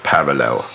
Parallel